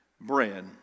bread